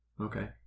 Okay